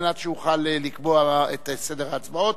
כדי שאוכל לקבוע את סדר ההצבעות.